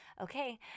Okay